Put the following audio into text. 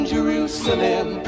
Jerusalem